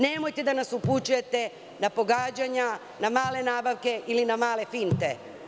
Nemojte da nas upućujete na pogađanja, na male nabavke ili na male finte.